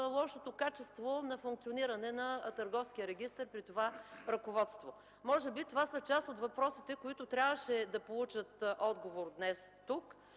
лошото качество на функционирането на Търговския регистър при това ръководство. Може би това са част от въпросите, които трябваше да получат отговор днес тук,